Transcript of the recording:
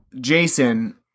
Jason